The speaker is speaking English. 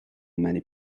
many